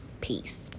peace